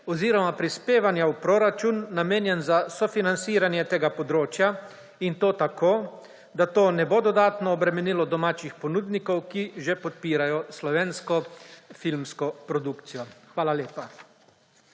oziroma prispevanja v proračun, namenjen za sofinanciranje tega področja. In to tako, da to ne bo dodatno obremenilo domačih ponudnikov, ki že podpirajo slovensko filmsko produkcijo. Hvala lepa.